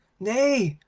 nay,